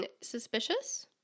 Suspicious